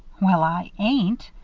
well, i ain't,